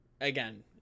again